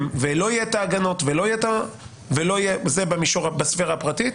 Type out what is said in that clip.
ולא יהיו ההגנות בספירה הפרטית,